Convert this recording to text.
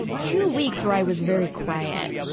two weeks where i was very quiet.